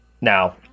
now